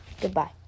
goodbye